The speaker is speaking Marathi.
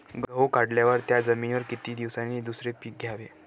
गहू काढल्यावर त्या जमिनीवर किती दिवसांनी दुसरे पीक घ्यावे?